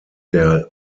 der